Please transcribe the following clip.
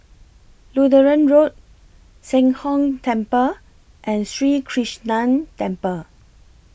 Lutheran Road Sheng Hong Temple and Sri Krishnan Temple